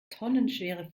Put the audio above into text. tonnenschwere